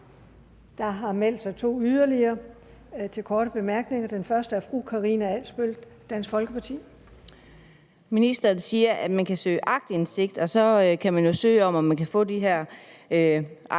Der har meldt sig to yderligere til korte bemærkninger. Den første er fru Karina Adsbøl, Dansk Folkeparti. Kl. 15:20 Karina Adsbøl (DF): Ministeren siger, at man kan søge aktindsigt, og så kan man jo søge om, om man kan få de her akter at